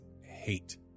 hate